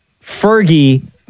Fergie